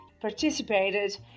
participated